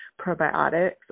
probiotics